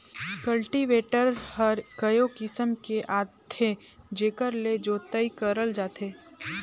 cultivator हर कयो किसम के आथे जेकर ले जोतई करल जाथे